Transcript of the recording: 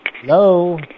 Hello